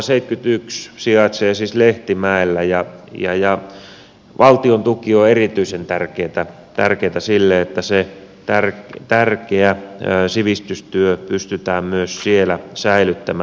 se sijaitsee siis lehtimäellä ja valtion tuki on erityisen tärkeätä sille että se tärkeä sivistystyö pystytään myös siellä säilyttämään